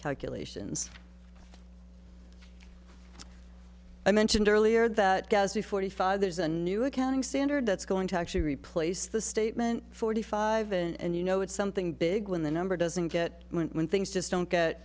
calculations i mentioned earlier that ghastly forty fathers a new accounting standard that's going to actually replace the statement forty five and you know it's something big when the number doesn't get when things just don't get